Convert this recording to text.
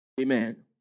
Amen